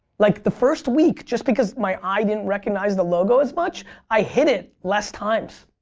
like the first week just because my eye didn't recognize the logo as much i hit it less times.